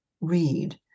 read